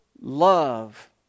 love